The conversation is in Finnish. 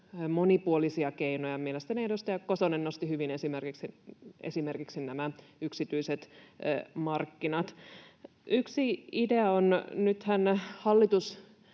monipuolisia keinoja. Mielestäni edustaja Kosonen nosti hyvin esimerkiksi nämä yksityiset markkinat. Yksi idea on tämä: Nythän hallitus